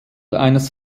eines